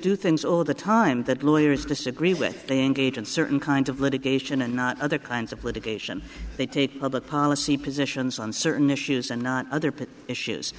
do things all the time that lawyers disagree when they engage in certain kinds of litigation and not other kinds of litigation they take public policy positions on certain issues and not other pet issues